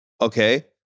Okay